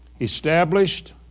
established